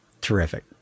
terrific